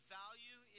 value